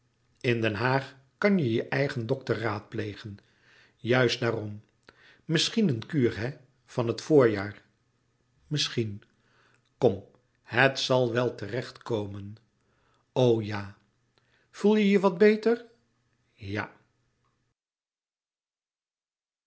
in den haag kan je je eigen dokter raadplegen juist daarom misschien een kuur hè van het voorjaar misschien kom het zal wel terecht komen o ja voel je je wat beter ja